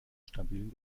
stabilen